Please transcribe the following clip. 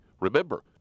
Remember